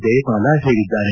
ಜಯಮಾಲ ಹೇಳಿದ್ದಾರೆ